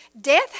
Death